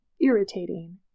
irritating